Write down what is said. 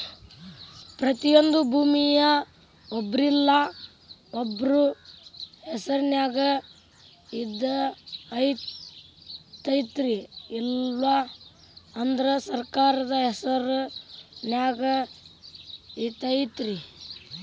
ಪ್ರತಿಯೊಂದು ಭೂಮಿಯ ಒಬ್ರಿಲ್ಲಾ ಒಬ್ರ ಹೆಸರಿನ್ಯಾಗ ಇದ್ದಯಿರ್ತೈತಿ ಇಲ್ಲಾ ಅಂದ್ರ ಸರ್ಕಾರದ ಹೆಸರು ನ್ಯಾಗ ಇರ್ತೈತಿ